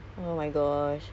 ya